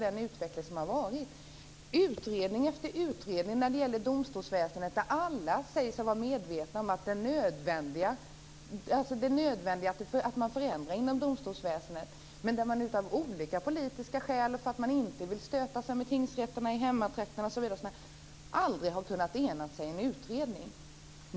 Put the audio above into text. Det har varit utredning efter utredning om domstolsväsendet. Alla säger sig vara medvetna om det nödvändiga i en förändring. Men av olika politiska skäl - att man inte vill stöta sig med tingsrätterna i hemmatrakterna, osv. - har man aldrig kunnat ena sig i en utredning.